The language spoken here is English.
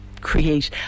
create